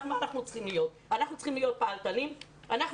אנחנו צריכים להיות פעלתנים אנחנו